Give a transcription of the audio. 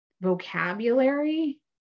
vocabulary